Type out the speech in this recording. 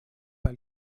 pas